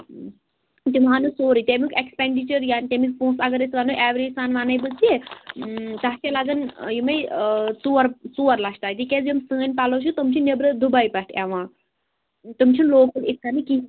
تِم ہاونے سورُے تَمیُک ایکٕسپٮ۪نٛڈِچَر یا تٔمِس پونٛسہٕ اگر أسۍ وَنو ایٚورَیٚج سان وَنے بہٕ تہِ تَتھ چھِ لَگان یِمَے آ ژور ژور لَچھ تانۍ تِکیٛازِ یِم سٲنۍ پَلَو چھِ تِم چھِ نٮ۪برٕ دُبی پٮ۪ٹھ یِوان تِم چھِنہٕ لوکَل یِتھٕ کَنۍ نہٕ کِہیٖنٛۍ